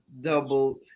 doubled